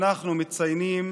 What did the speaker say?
אנחנו מציינים